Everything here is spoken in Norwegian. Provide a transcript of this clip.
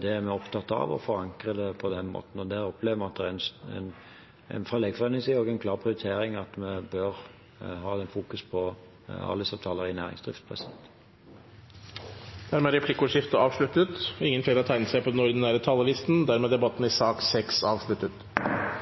Det er vi opptatt av å forankre på den måten, og vi opplever at det fra Legeforeningens side også er en klar prioritering at vi bør fokusere på ALIS-avtaler for næringsdrift. Replikkordskiftet er omme. Flere har ikke bedt om ordet til sak nr. 6. Ingen har bedt om ordet. Ingen har